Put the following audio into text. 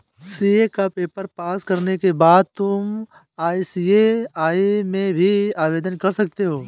CA का paper pass करने के बाद तुम आई.सी.ए.आई में भी आवेदन कर सकते हो